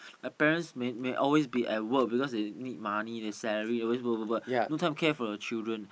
their parents may may always be at work because they need money their salary always work work work no time care for the children